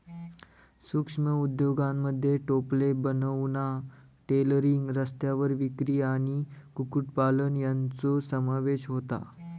सूक्ष्म उद्योगांमध्ये टोपले बनवणा, टेलरिंग, रस्त्यावर विक्री आणि कुक्कुटपालन यांचो समावेश होता